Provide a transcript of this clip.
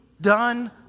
done